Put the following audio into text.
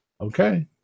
Okay